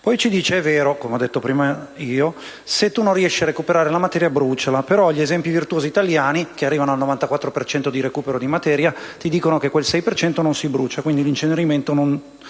Poi, ci dice (è vero come ho detto prima io): se tu non riesci a recuperare la materia, bruciala. Però gli esempi virtuosi italiani, che arrivano al 94 per cento di recupero di materia, ci dimostrano che quel 6 per cento non si brucia, quindi l'incenerimento non